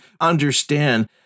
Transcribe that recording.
understand